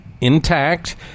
intact